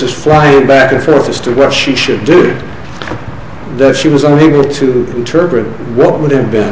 grosses flying back and forth as to what she should do that she was unable to interpret what would have been